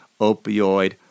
opioid